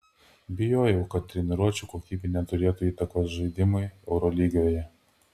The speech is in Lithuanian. bijojau kad treniruočių kokybė neturėtų įtakos žaidimui eurolygoje